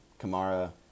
Kamara